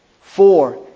Four